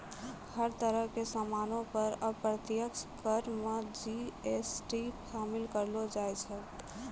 हर तरह के सामानो पर अप्रत्यक्ष कर मे जी.एस.टी शामिल करलो जाय छै